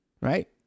Right